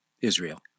Israel